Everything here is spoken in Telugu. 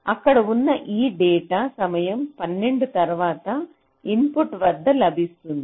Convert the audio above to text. అక్కడ ఉన్న ఈ డేటా సమయం 12 తరువాత ఇన్పుట్ వద్ద లభిస్తుంది